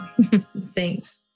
Thanks